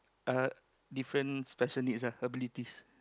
uh different special needs ah abilities